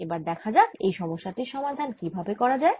এবার দেখা যাক এই সমস্যা টির সমাধান কি ভাবে করা যায়